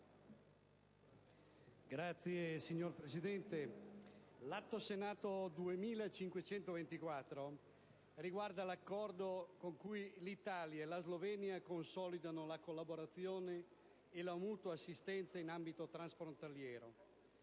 *(CN)*. Signor Presidente, il disegno di legge n. 2524 riguarda l'Accordo con cui l'Italia e la Slovenia consolidano la collaborazione e la mutua assistenza in ambito transfrontaliero,